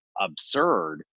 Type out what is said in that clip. absurd